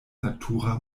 natura